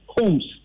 homes